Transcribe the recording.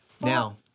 now